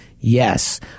Yes